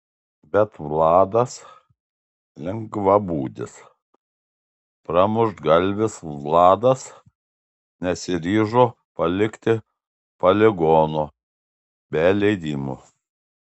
bet vladas lengvabūdis pramuštgalvis vladas nesiryžo palikti poligono be leidimo